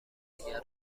همدیگه